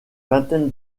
vingtaine